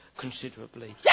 considerably